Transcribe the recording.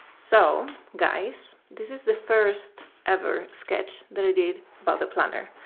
so guys, this is the first ever sketch that i did about the planner.